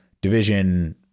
division